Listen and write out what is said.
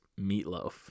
meatloaf